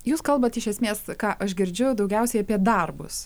jūs kalbat iš esmės ką aš girdžiu daugiausiai apie darbus